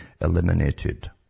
eliminated